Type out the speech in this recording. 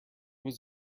was